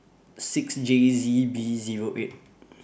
six J Z B Zero eight